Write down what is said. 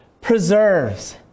Preserves